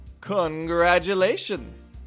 Congratulations